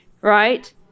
right